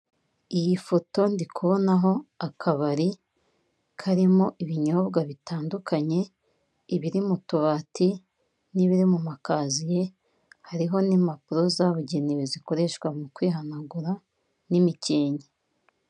Iyi foto ndi kubonaho akabari karimo ibinyobwa bitandukanye, ibiri mutubati n'ibiri mumakaziye, hariho n'impapuro zabugenewe mu kwihanagura, n'imikenke.